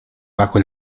bajo